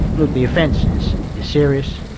like the offence is serious,